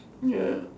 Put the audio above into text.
ya